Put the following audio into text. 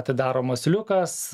atidaromas liukas